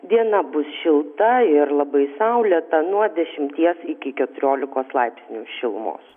diena bus šilta ir labai saulėta nuo dešimties iki keturiolikos laipsnių šilumos